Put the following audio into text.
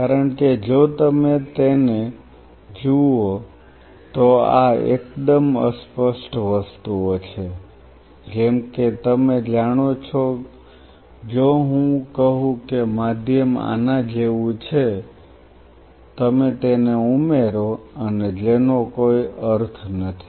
કારણ કે જો તમે તેને જુઓ તો આ એકદમ અસ્પષ્ટ વસ્તુઓ છે જેમ કે તમે જાણો છો જો હું કહું કે માધ્યમ આના જેવું છે તમે તેને ઉમેરો અને જેનો કોઈ અર્થ નથી